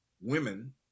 women